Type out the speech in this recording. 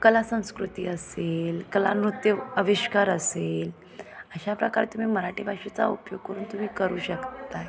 कला संस्कृती असेल कला नृत्य आविष्कार असेल अशा प्रकारे तुम्ही मराठी भाषेचा उपयोग करून तुम्ही करू शकत आहे